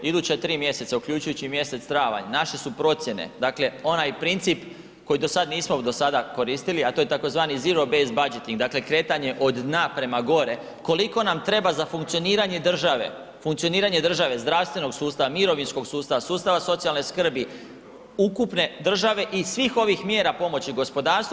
Iduća 3 mjeseca uključujući i mjesec travanj, naše su procjene, dakle onaj princip koji do sada nismo do sada koristili, a to je tzv. zero base budgeting dakle, kretanje od dna prema gore, koliko nam treba za funkcioniranje države, funkcioniranje države, zdravstvenog sustava, mirovinskog sustava, sustava socijalne skrbi, ukupne države i svih ovih mjera pomoći gospodarstvu.